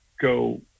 go